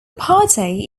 party